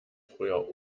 früher